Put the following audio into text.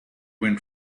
went